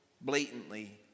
blatantly